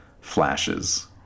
flashes